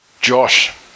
Josh